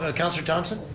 ah councilor thomson?